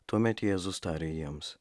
tuomet jėzus tarė jiems